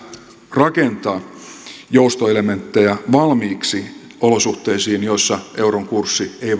rakentaa joustoelementtejä valmiiksi olosuhteisiin joissa euron kurssi ei